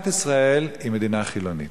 מדינת ישראל היא מדינה חילונית,